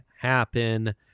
happen